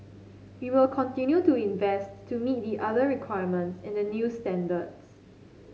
we will continue to invests to meet the other requirements in the new standards